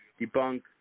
debunk